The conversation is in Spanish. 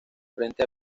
frente